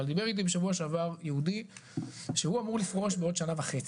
אבל דיבר איתי בשבוע שעבר יהודי שהוא אמור לפרוש בעוד שנה וחצי.